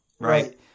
right